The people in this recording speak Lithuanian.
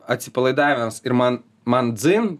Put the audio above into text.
atsipalaidavęs ir man man dzin